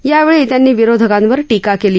यावेळी त्यांनी विरोधकांवर टीका केली